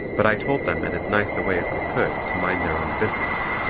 but i told them in as nice a way as i could to mind their own business,